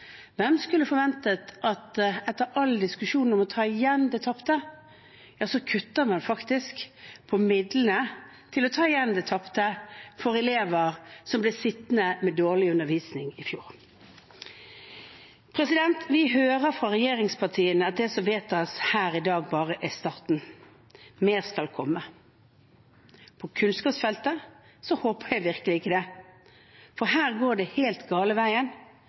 Hvem hadde forventet at etter all diskusjonen om å ta igjen det tapte, kutter man faktisk i midlene til å ta igjen det tapte for elever som ble sittende med dårlig undervisning i fjor? Vi hører fra regjeringspartiene at det som vedtas her i dag, bare er starten – mer skal komme. På kunnskapsfeltet håper jeg virkelig ikke det, for her går det helt